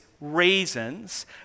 reasons